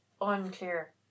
unclear